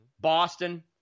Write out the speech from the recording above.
Boston